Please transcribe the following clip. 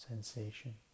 sensation